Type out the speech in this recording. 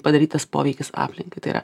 padarytas poveikis aplinkai tai yra